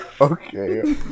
Okay